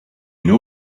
know